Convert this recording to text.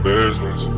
business